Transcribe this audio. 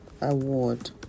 award